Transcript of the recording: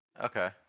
Okay